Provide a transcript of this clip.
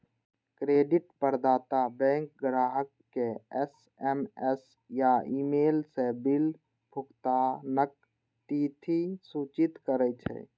credit प्रदाता bank ग्राहक कें एस.एम.एस या ईमेल सं बिल भुगतानक तिथि सूचित करै छै